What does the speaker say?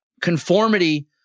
conformity